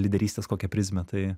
lyderystės kokią prizmę tai